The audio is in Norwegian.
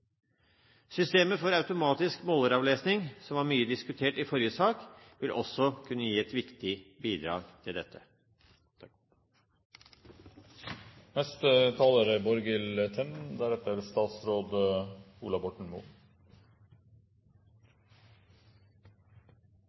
Systemet for automatisk måleravlesning, som var mye diskutert i forrige sak, vil også kunne gi et viktig bidrag til dette.